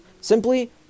Simply